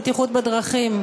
בטיחות בדרכים,